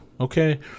Okay